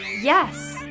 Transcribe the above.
Yes